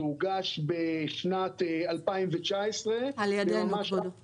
הוא הוגש בשנת 2019. ב-16 לחודש שעבר,